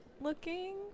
looking